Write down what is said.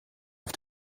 auf